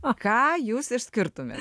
o ką jūs išskirtumėte